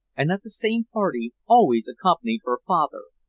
and that the same party always accompanied her father.